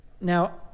Now